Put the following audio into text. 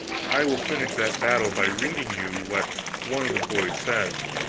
i will finish that battle by reading you what one of the boys says